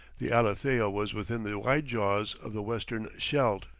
the alethea was within the wide jaws of the western scheldt.